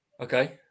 Okay